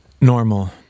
Normal